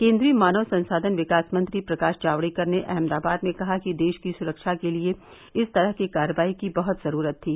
केन्द्रीय मानव संसाधन विकास मंत्री प्रकाश जावड़ेकर ने अहमदाबाद में कहा कि देश की सुरक्षा के लिए इस तरह की कार्रवाई की बहुत जरूरत थी